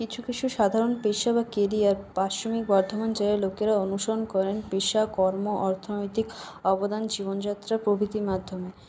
কিছু কিছু সাধারণ পেশা বা কেরিয়ার বর্ধমান জেলার লোকেরা অনুসরণ করেন পেশা কর্ম অর্থনৈতিক অবদান জীবনযাত্রা প্রভৃতির মাধ্যমে